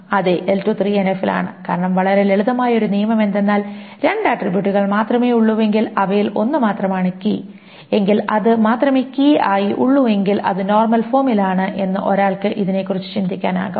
അതെ L2 എന്നത് 3NF ൽ ആണ് കാരണം വളരെ ലളിതമായ ഒരു നിയമം എന്താണെന്നാൽ രണ്ട് ആട്രിബ്യൂട്ടുകൾ മാത്രമേ ഉള്ളൂവെങ്കിൽ അവയിൽ ഒന്ന് മാത്രമാണ് കീ എങ്കിൽ അത് മാത്രമേ കീ ആയി ഉള്ളൂ എങ്കിൽ അത് നോർമൽ ഫോമിലാണ് എന്ന് ഒരാൾക്ക് ഇതിനെക്കുറിച്ച് ചിന്തിക്കാനാകും